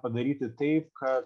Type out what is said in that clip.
padaryti taip kad